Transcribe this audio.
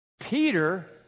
Peter